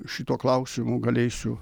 šituo klausimu galėsiu